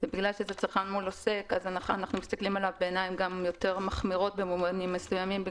ולכן אנחנו מסתכלים עליו בעיניים מחמירות יותר במובנים מסוימים,